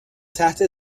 تحت